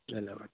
ধন্যবাদ